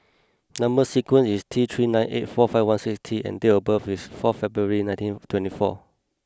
number sequence is T three nine eight four five one six T and date of birth is four February nineteen twenty four